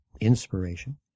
inspiration